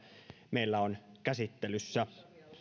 meillä on käsittelyssä